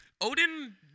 Odin